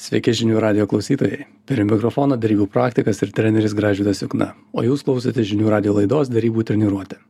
sveiki žinių radijo klausytojai prie mikrofono derybų praktikas ir treneris gražvydas jukna o jūs klausote žinių radijo laidos derybų treniruotė